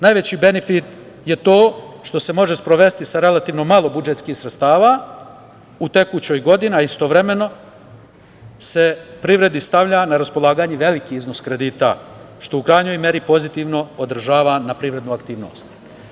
Najveći benifit je to što se može sprovesti sa relativno malo budžetskih sredstava u tekućoj godini, a istovremeno se privredi stavlja na raspolaganje veliki iznos kredita, što se u krajnjoj meri pozitivno odražava na privrednu aktivnost.